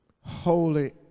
holy